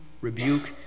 rebuke